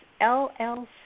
LLC